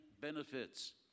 benefits